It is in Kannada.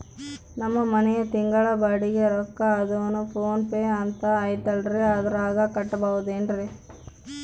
ನಮ್ಮ ಮನೆಯ ತಿಂಗಳ ಬಾಡಿಗೆ ರೊಕ್ಕ ಅದೇನೋ ಪೋನ್ ಪೇ ಅಂತಾ ಐತಲ್ರೇ ಅದರಾಗ ಕಟ್ಟಬಹುದೇನ್ರಿ?